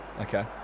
okay